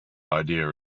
idea